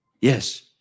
Yes